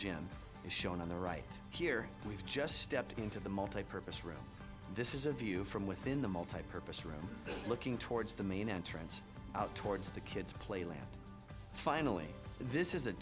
gym is shown on the right here we've just stepped into the multipurpose room this is a view from within the multipurpose room looking towards the main entrance out towards the kids play last finally this is a